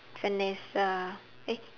vanessa eh